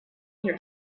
here